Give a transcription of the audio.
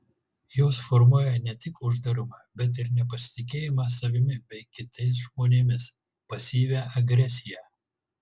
jos formuoja ne tik uždarumą bet ir nepasitikėjimą savimi bei kitais žmonėmis pasyvią agresiją